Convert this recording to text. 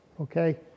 Okay